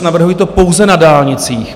Navrhuji to pouze na dálnicích.